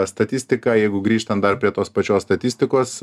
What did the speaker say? statistika jeigu grįžtant dar prie tos pačios statistikos